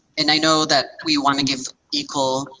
and i know that we want to give equal,